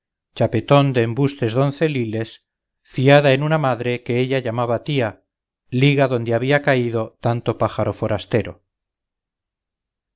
chapetón de embustes doncelliles fiada en una madre que ella llamaba tía liga donde había caído tanto pájaro forastero